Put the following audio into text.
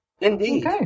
Indeed